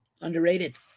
Underrated